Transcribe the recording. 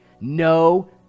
No